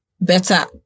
better